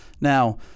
Now